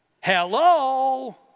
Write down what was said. hello